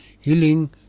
Healing